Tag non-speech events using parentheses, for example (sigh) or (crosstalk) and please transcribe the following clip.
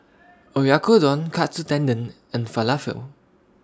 (noise) Oyakodon Katsu Tendon and Falafel